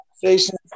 conversations